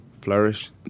flourish